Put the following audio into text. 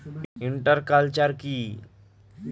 Inter culture কি?